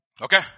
Okay